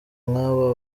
nk’aba